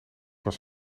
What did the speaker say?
was